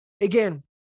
again